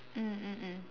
mm mm mm